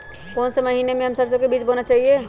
कौन से महीने में हम सरसो का बीज बोना चाहिए?